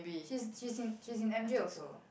she's she's in she's in m_j also